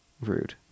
Rude